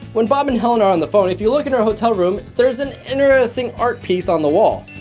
when bob and helen are on the phone, if you look in her hotel room there's an interesting art piece on the wall,